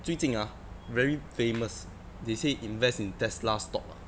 最近 ah very famous they say invest in tesla stock ah